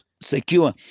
secure